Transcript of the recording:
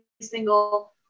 single